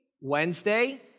Wednesday